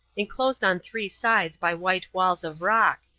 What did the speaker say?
enclosed on three sides by white walls of rock,